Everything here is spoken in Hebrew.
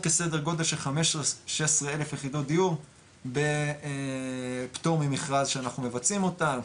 כסדר גודל של 15-16 אלף יחידות דיור בפטור ממכרז שאנחנו מבצעים אותה,